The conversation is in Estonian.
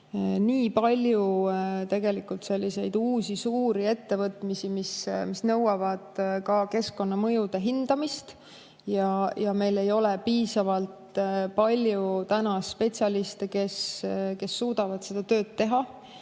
nii palju uusi suuri ettevõtmisi, mis nõuavad ka keskkonnamõjude hindamist, ja meil ei ole piisavalt palju spetsialiste, kes suudaksid seda tööd teha,